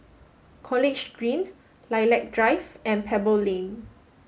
College Green Lilac Drive and Pebble Lane